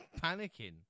panicking